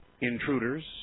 Intruders